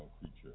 creature